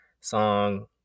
song